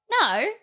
No